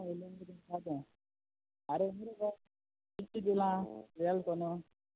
हय हें कितें करपाचें आरे ब्रो कितें चितीलां टूवेल्त कोन्न